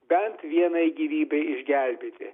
bent vienai gyvybei išgelbėti